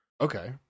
okay